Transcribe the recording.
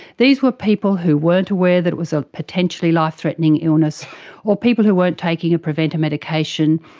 these were people who weren't aware that it was a potentially life-threatening illness or people who weren't taking a preventer medication,